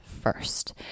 first